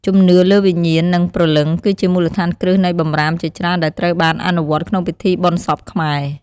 ជំនឿលើវិញ្ញាណ និងព្រលឹង គឺជាមូលដ្ឋានគ្រឹះនៃបម្រាមជាច្រើនដែលត្រូវបានអនុវត្តក្នុងពិធីបុណ្យសពខ្មែរ។